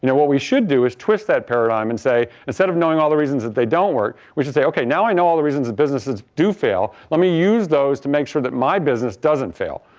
you know what we should do is twist that paradigm and say instead of knowing all the reasons that they don't work, we should say, okay, now i know all the reasons that businesses do fail, let me use those to make sure that my business doesn't fail.